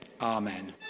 Amen